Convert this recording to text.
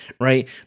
right